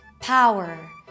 power